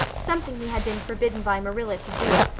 something he had been forbidden by marilla to do,